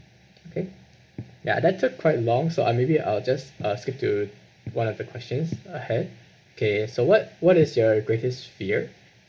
okay ya that took quite long so I'll maybe I'll just uh skip to one of the questions ahead okay so what what is your greatest fear